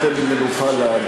זה נותן לי מנוחה לגרון.